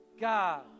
God